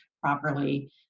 properly